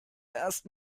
erst